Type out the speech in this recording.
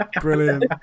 brilliant